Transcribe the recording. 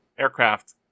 aircraft